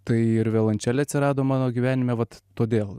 tai ir violončelė atsirado mano gyvenime vat todėl